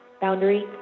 Boundary